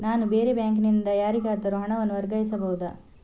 ನಾನು ಬೇರೆ ಬ್ಯಾಂಕ್ ನಿಂದ ಯಾರಿಗಾದರೂ ಹಣವನ್ನು ವರ್ಗಾಯಿಸಬಹುದ?